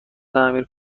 تعمیر